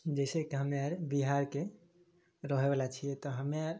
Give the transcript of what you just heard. जैसे की हमे आर बिहारके रहै बला छियै तऽ हमे आर